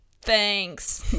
Thanks